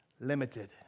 limited